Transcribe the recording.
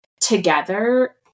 together